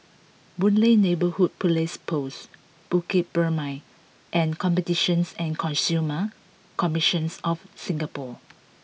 Boon Lay Neighbourhood Police Post Bukit Purmei and Competitions and Consumer Commissions of Singapore